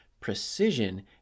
precision